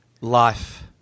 life